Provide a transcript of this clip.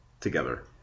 together